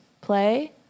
play